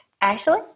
Ashley